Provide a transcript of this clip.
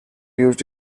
used